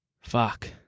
fuck